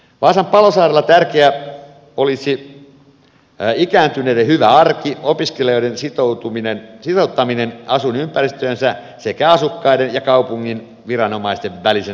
vaasan palosaarelle tärkeää olisi ikääntyneiden hyvä arki opiskelijoiden sitouttaminen asuinympäristöönsä sekä asukkaiden ja kaupungin viranomaisten välisen vuorovaikutuksen vahvistaminen